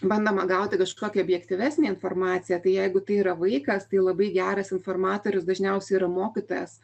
bandoma gauti kažkokią objektyvesnę informaciją tai jeigu tai yra vaikas tai labai geras informatorius dažniausiai yra mokytojas